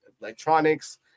electronics